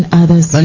others